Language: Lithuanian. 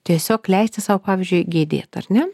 tiesiog leisti sau pavyzdžiui gedėt ar ne